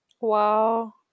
Wow